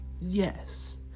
yes